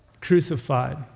crucified